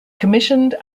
commissioned